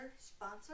sponsor